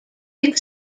big